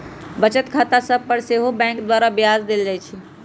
बचत खता सभ पर सेहो बैंक द्वारा ब्याज देल जाइ छइ